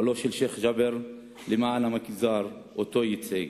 פועלו של שיח' ג'בר למען המגזר שאותו ייצג,